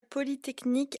polytechnique